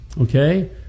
okay